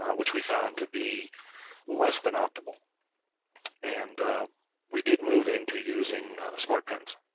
which we found to be less than optimal and we did move into using smartpens,